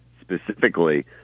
specifically